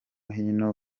hino